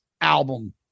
album